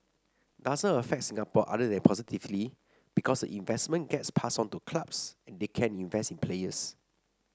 doesn't affect Singapore other than positively because investment gets passed on to clubs and they can invest in players